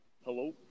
Hello